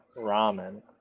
ramen